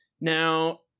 Now